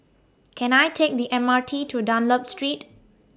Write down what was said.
Can I Take The M R T to Dunlop Street